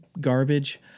garbage